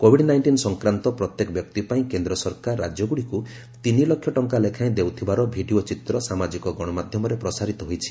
Covid nineteen ସଂକ୍ରାନ୍ତ ପ୍ରତ୍ୟେକ ବ୍ୟକ୍ତି ପାଇଁ କେନ୍ଦ୍ର ସରକାର ରାଜ୍ୟଗୁଡ଼ିକୁ ତିନି ଲକ୍ଷ ଟଙ୍କା ଲେଖାଏଁ ଦେଉଥିବାର ଭିଡ଼ିଓ ଚିତ୍ର ସାମାଜିକ ଗଣମାଧ୍ୟମରେ ପ୍ରସାରିତ ହୋଇଛି